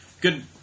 Good